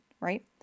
Right